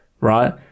Right